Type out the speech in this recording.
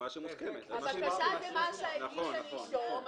הבקשה זה מה שהגיש הנישום,